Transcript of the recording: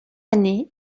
année